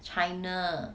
china